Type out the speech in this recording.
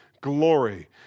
glory